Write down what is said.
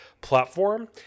platform